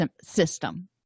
system